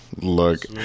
look